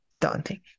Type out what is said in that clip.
daunting